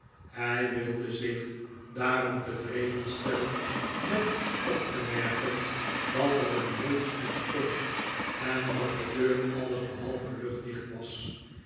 hij wilde zich daarom tevreden stellen met op te merken dat er een letmstoel stond en dat de deur alles behalve luchtdicht was